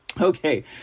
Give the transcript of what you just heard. Okay